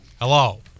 Hello